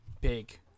big